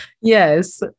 Yes